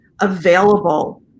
available